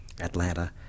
Atlanta